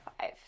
five